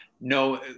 no